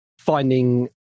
finding